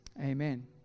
Amen